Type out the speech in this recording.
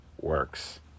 works